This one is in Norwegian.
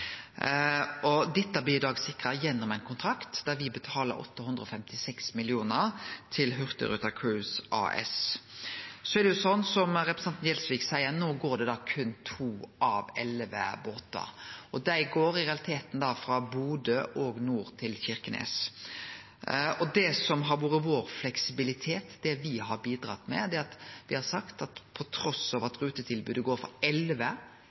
og er spesielt viktig i den nordlegaste delen av ruta. Dette blir i dag sikra gjennom ein kontrakt der me betaler 856 mill. kr til Hurtigruten Cruise AS. Som representanten Gjelsvik seier, går det no berre to av elleve båtar, og dei går i realiteten frå Bodø til Kirkenes. Det som har vore vår fleksibilitet, det me har bidrege med, er at me har sagt at trass i at rutetilbodet går frå elleve